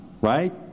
right